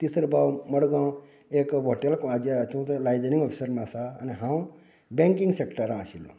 तिसरो भाव मडगांव एक हॉटेल कोणाचे हातूंत लाइजनिंग ऑफिसर म्हण आसा आनी हांव बेंकिंग सेक्टरांक आशिल्लो